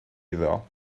iddo